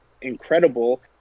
incredible